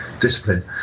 discipline